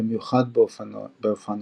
ובמיוחד באופנועים.